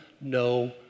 no